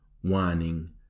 whining